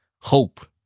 hope